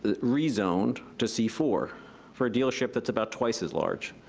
ah rezoned to c four for a dealership that's about twice as large.